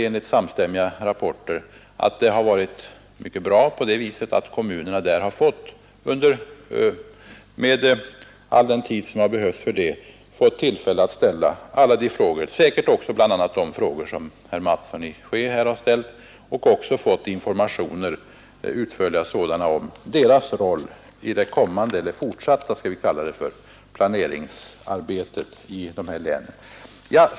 Enligt samstämmiga rapporter visade det sig att det har varit mycket bra genom att kommunernas representanter fått erforderlig tid för att ställa alla de frågor de har velat ställa — säkert också bl.a. de frågor som herr Mattson i Skee har ställt här — och också fått informationer om sin roll i det fortsatta planeringsarbetet i dessa län.